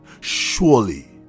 surely